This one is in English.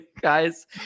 guys